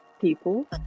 people